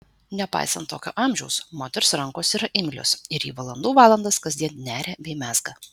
nepaisant tokio amžiaus moters rankos yra imlios ir ji valandų valandas kasdien neria bei mezga